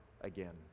again